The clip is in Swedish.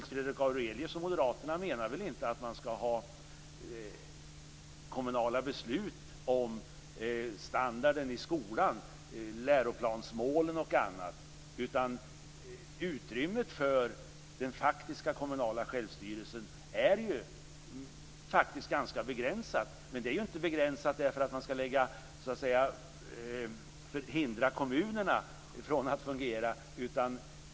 Nils Fredrik Aurelius och moderaterna menar väl inte att man skall ha kommunala beslut om standarden i skolan, läroplansmålen och annat? Utrymmet för den faktiska kommunala självstyrelsen är ganska begränsat. Det är inte begränsat för att man skall hindra kommunerna från att fungera.